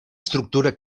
estructura